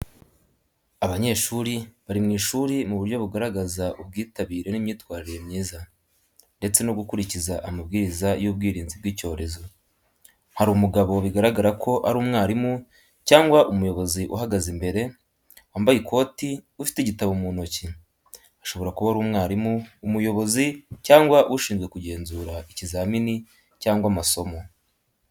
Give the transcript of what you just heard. Abanyeshuri bari mu ishuri mu buryo bugaragaza ubwitabire n’imyitwarire myiza, ndetse no gukurikiza amabwiriza y’ubwirinzi bw’icyorezo. Hari umugabo bigaragara ko ari umwarimu cyangwa umuyobozi uhagaze imbere, wambaye ikoti, ufite igitabo mu ntoki. Ashobora kuba ari umwarimu, umuyobozi, cyangwa ushinzwe kugenzura ikizamini cyangwa amasomo.